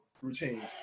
routines